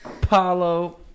Paulo